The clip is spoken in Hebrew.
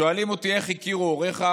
שואלים אותי: איך הכירו הוריך.